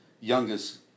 youngest